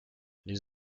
les